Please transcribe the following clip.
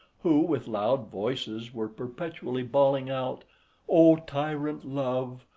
who, with loud voices, were perpetually bawling out o tyrant love,